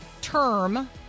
term